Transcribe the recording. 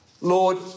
Lord